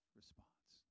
response